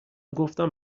گفتم